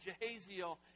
Jehaziel